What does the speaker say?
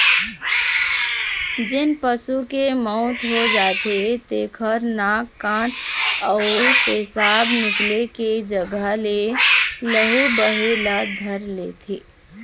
जेन पशु के मउत हो जाथे तेखर नाक, कान अउ पेसाब निकले के जघा ले लहू बहे ल धर लेथे